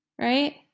right